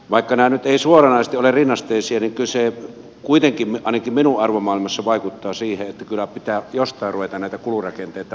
vaikka nämä nyt eivät suoranaisesti ole rinnasteisia niin kyllä se kuitenkin ainakin minun arvomaailmassani vaikuttaa siihen että kyllä pitää jostain ruveta näitä kulurakenteita purkamaan